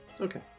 Okay